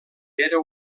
era